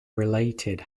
related